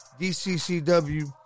DCCW